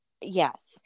Yes